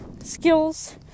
skills